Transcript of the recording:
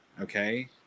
Okay